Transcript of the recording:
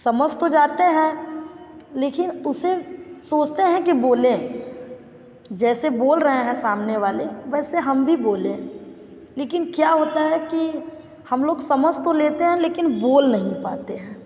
समझ तो जाते हैं लेकिन उसे सोचते हैं कि बोलें जैसे बोल रहें हैं सामने वाले वैसे हम भी बोलें लेकिन क्या होता है कि हम लोग समझ तो लेते हैं लेकिन बोल नहीं पाते हैं